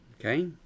okay